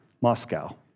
Moscow